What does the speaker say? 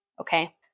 okay